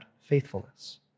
faithfulness